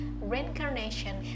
reincarnation